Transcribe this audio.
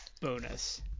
bonus